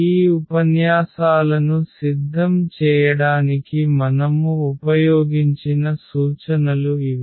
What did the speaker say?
ఈ ఉపన్యాసాలను సిద్ధం చేయడానికి మనము ఉపయోగించిన సూచనలు ఇవి